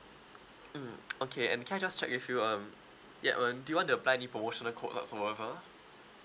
mm okay and can I just check with you um yup um do you want to apply any promotional code whatsoever